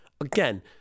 Again